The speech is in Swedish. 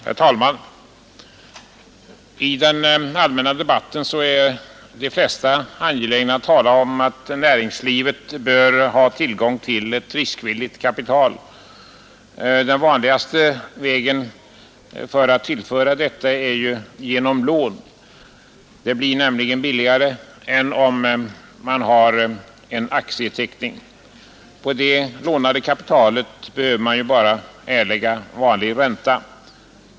Herr talman! I den allmänna debatten är de flesta angelägna att tala om att näringslivet bör ha tillgång till ett riskvilligt kapital. Den vanligaste vägen att tillföra företagen detta är genom lån. Det blir nämligen billigare än en aktieteckning. På det lånade kapitalet behöver man bara erlägga vanlig ränta.